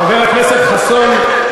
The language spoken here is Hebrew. חבר הכנסת חסון,